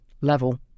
level